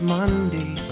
Monday